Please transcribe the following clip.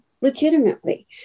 legitimately